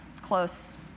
close